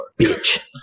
bitch